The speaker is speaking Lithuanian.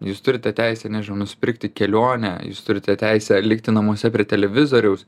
jūs turite teisę nežinau nusipirkti kelionę jūs turite teisę likti namuose prie televizoriaus